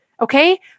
Okay